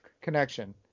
connection